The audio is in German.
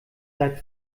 seid